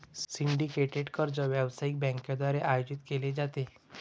syndicated कर्ज व्यावसायिक बँकांद्वारे आयोजित केले जाते